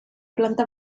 planta